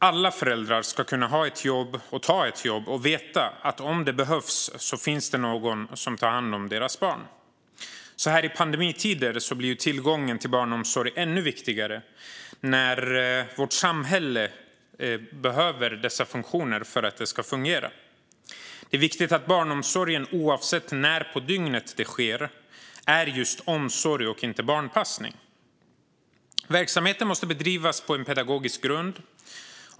Alla föräldrar ska kunna ha ett jobb och ta ett jobb och veta att om det behövs finns det någon som tar hand om deras barn. Så här i pandemitider blir tillgången till barnomsorg ännu viktigare när vårt samhälle behöver dessa funktioner för att fungera. Det är viktigt att barnomsorgen, oavsett när på dygnet den sker, är just omsorg och inte barnpassning. Verksamheten måste bedrivas på pedagogisk grund.